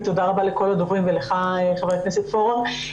תודה רבה לכל הדוברים ולך, חבר הכנסת פורר.